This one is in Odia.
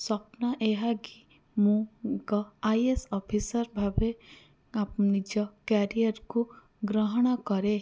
ସ୍ଵପ୍ନ ଏହା କି ମୁଁ ଏକ ଆଇ ଏ ଏସ୍ ଅଫିସର୍ ଭାବେ ନିଜ କ୍ୟାରିୟର୍କୁ ଗ୍ରହଣ କରେ